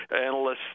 analysts